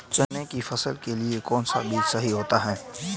चने की फसल के लिए कौनसा बीज सही होता है?